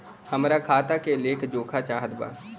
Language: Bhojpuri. हमरा खाता के लेख जोखा चाहत बा?